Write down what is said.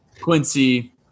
Quincy